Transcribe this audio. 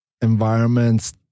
environments